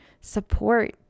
support